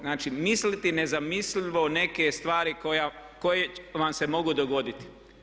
Znači, misliti nezamislivo neke stvari koje vam se mogu dogoditi.